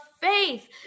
faith